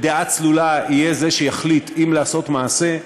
בדעה צלולה, הוא שיחליט אם לעשות מעשה.